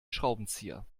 schraubenzieher